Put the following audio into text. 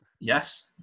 Yes